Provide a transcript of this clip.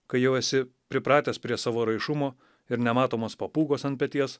kai jau esi pripratęs prie savo raišumo ir nematomos papūgos ant peties